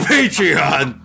Patreon